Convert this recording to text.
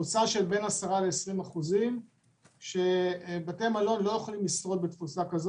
תפוסה של 10% 20% שבתי המלון לא יכולים לשרוד כך.